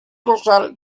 gozar